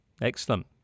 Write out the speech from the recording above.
Excellent